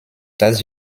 das